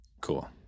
Cool